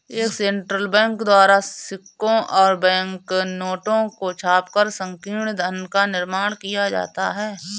एक central bank द्वारा सिक्कों और बैंक नोटों को छापकर संकीर्ण धन का निर्माण किया जाता है